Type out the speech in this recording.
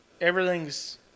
everything's –